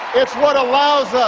it's what allows us